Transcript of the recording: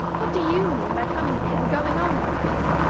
what do you mean by coming here and going on like this?